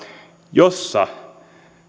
jossa